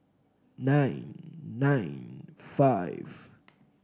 nine nine five